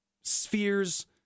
spheres